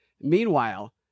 Meanwhile